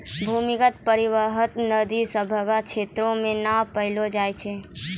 भूमीगत परबाहित नदी सभ्भे क्षेत्रो म नै पैलो जाय छै